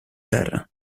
terra